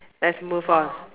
let's move on mm